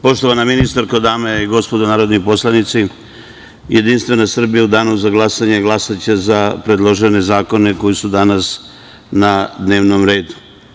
Poštovana ministarko, dame i gospodo narodni poslanici, JS u danu za glasanje glasaće za predložene zakone koji su danas na dnevnom redu.